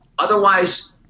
Otherwise